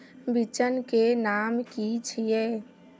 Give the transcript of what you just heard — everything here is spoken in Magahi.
बिचन के नाम की छिये?